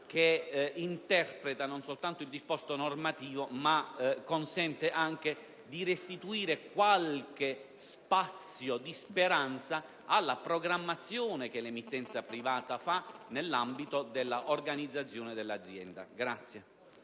che interpreta non soltanto il disposto normativo, ma consente anche di restituire qualche spazio di speranza alla programmazione che l'emittenza privata fa nell'ambito dell'organizzazione dell'azienda.